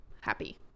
happy